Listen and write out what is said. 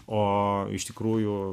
o iš tikrųjų